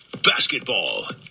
Basketball